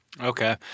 Okay